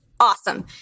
Awesome